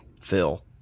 Phil